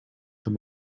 them